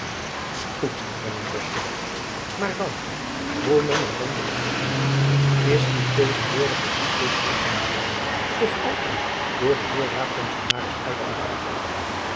goed hernam bosveldt maar dan hoe men t wende of keere is die tegenwoordige briefwisseling van buat toch altijd door den heer raadpensionaris uitgelokt